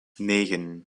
negen